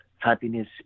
Happiness